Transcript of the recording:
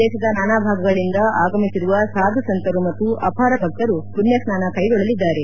ದೇಶದ ನಾನಾ ಭಾಗಗಳಿಂದ ಆಗಮಿಸಿರುವ ಸಾಧು ಸಂತರು ಮತ್ತು ಅಪಾರ ಭಕ್ತರು ಮಣ್ಯಸ್ನಾನ ಕೈಗೊಳ್ಳಲಿದ್ದಾರೆ